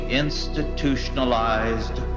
institutionalized